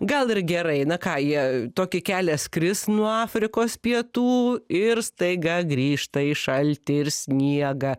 gal ir gerai na ką jie tokį kelią skris nuo afrikos pietų ir staiga grįžta į šaltį ir sniegą